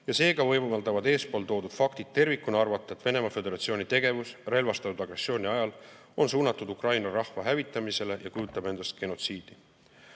Seega võimaldavad eespool toodud faktid tervikuna arvata, et Venemaa Föderatsiooni tegevus relvastatud agressiooni ajal on suunatud Ukraina rahva hävitamisele ja kujutab endast genotsiidi. Ukraina